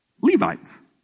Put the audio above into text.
Levites